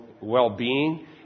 well-being